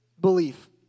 belief